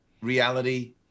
reality